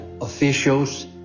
officials